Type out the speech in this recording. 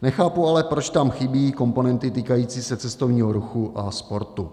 Nechápu ale, proč tam chybí komponenty týkající se cestovního ruchu a sportu.